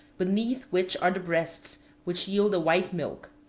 beneath which are the breasts, which yield a white milk.